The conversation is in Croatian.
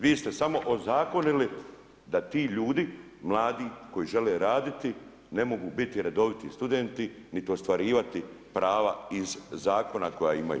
Vi ste samo ozakonili, da ti ljudi, mladi koji žele raditi ne mogu biti redoviti studenti, niti ostvarivati prava iz zakona koja imaju.